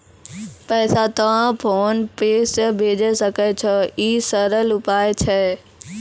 पैसा तोय PhonePe से भैजै सकै छौ? ई सरल उपाय छै?